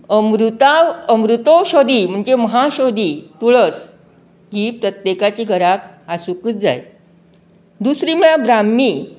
अमृता अमृतौष्दी म्हणजे म्हाऔषदी तुळस ही प्रत्येकाची घराक आसूकच जाय दुसरी म्हळ्यार भ्राम्मी